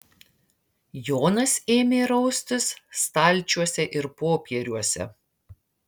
jonas ėmė raustis stalčiuose ir popieriuose